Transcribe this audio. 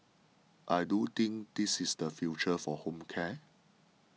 I do think this is the future for home care